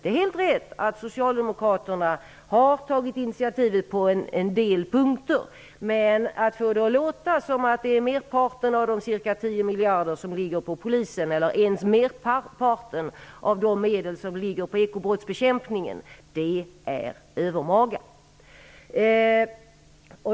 Det är helt rätt att socialdemokraterna har tagit initiativet på en del punkter. Men att få det att låta som att det är merparten av de ca 10 miljarder som avsatts för Polisen eller ens merparten av de medel som avsatts för ekobrottsbekämpningen är övermaga.